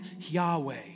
Yahweh